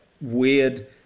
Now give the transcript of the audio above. weird